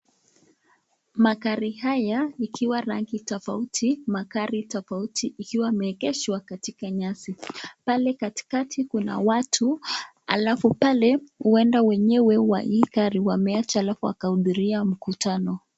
Magari haya ikiwa rangi tofauti, magari tofauti ikiwa imeegeshwa katika nyasi. Pale katikati kuna watu alafu pale wenyewe wa hii gari huenda wameacha alafu wakahudhuria mkutano.